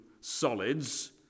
solids